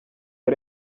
ari